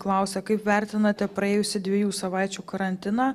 klausia kaip vertinate praėjusį dviejų savaičių karantiną